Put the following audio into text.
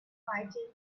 fighting